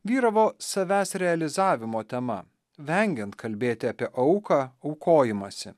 vyravo savęs realizavimo tema vengiant kalbėti apie auką aukojimąsi